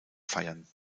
feiern